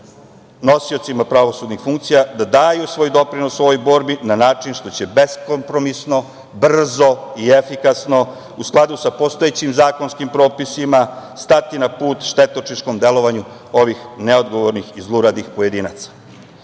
nosiocima pravosudnih funkcija da daju svoj doprinos ovoj borbi na način što će beskompromisno, brzo i efikasno u skladu sa postojećim zakonskim propisima stati na put štetočinskom delovanju ovih neodgovornih i zluradih pojedinaca. Ovo